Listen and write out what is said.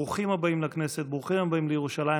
ברוכים הבאים לכנסת, ברוכים הבאים לירושלים.